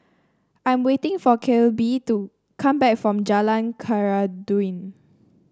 I'm waiting for Kelby to come back from Jalan Khairuddin